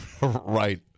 Right